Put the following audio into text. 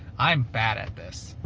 i am bad at this.